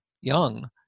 young